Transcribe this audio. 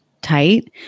tight